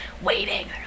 waiting